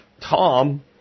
Tom